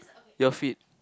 you're fit